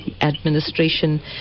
administration